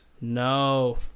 No